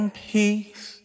peace